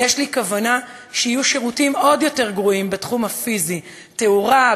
יש לי כוונה שיהיו שירותים עוד יותר גרועים בתחום הפיזי: תאורה,